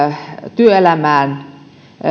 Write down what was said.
työelämään